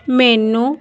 ਮੈਨੂੰ